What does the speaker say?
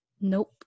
Nope